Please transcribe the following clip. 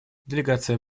делегация